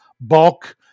bulk